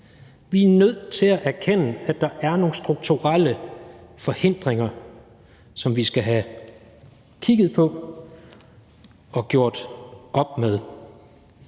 Vi er nødt til at erkende, at der er nogle strukturelle forhindringer, som vi skal have kigget på og gjort op med.